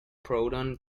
proton